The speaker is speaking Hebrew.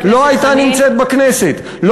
היושבת-ראש,